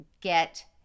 get